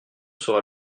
sera